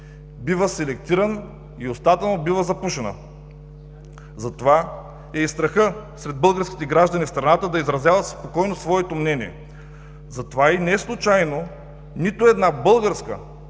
бива селектиран и устата му бива запушена. Затова е и страхът сред българските граждани в страната да изразяват спокойно своето мнение. Затова и неслучайно нито една българска